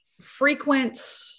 frequent